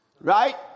Right